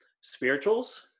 Spirituals